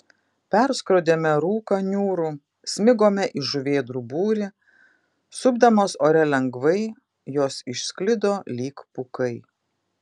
perskrodėme rūką niūrų smigome į žuvėdrų būrį supdamos ore lengvai jos išsklido lyg pūkai